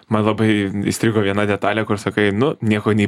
man labai įstrigo viena detalė kur sakai nu nieko ney